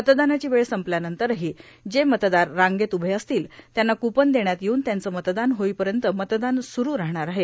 मतदानाची वेळ संपल्यानंतरही जे मतदार रांगेत उभे असतील त्यांना कुपन देण्यात येऊन त्यांचे मतदान होईपर्यंत मतदान सुरू राहणार आहे